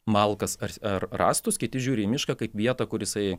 malkas ar rąstus kiti žiūri į mišką kaip vietą kur jisai